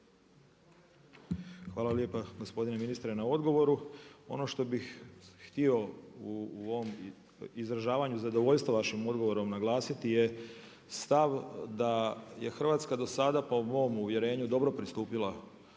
Hvala lijepa gospodine ministre na odgovoru. Ono što bih htio u ovom izražavanju zadovoljstva vašim odgovorom naglasiti je stav da je Hrvatska do sada po mom uvjerenju dobro pristupila